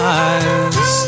eyes